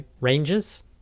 ranges